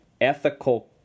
ethical